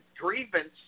grievance